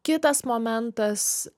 kitas momentas